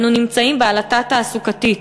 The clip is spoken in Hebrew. אנו נמצאים בעלטה תעסוקתית.